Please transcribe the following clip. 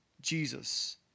Jesus